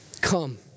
Come